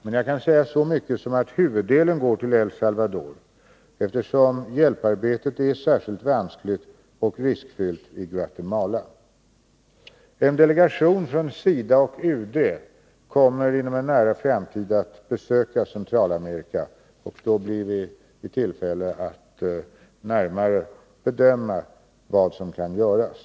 Men jag kan säga så mycket som att huvuddelen går till El Salvador, eftersom hjälparbetet är särskilt vanskligt och riskfyllt i Guatemala. En delegation från SIDA och UD kommer inom en nära framtid att besöka Centralamerika. Då blir vi i tillfälle att närmare bedöma vad som kan göras.